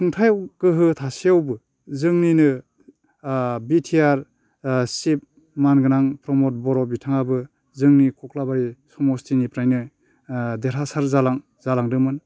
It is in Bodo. खुंथाय गोहो थासेयावबो जोंनिनो बि टि आर चिफ मानगोनां प्रमद बर' बिथाङाबो जोंनि खख्लाबारि समस्थिनिफ्रायनो देरहासार जालांदोंमोन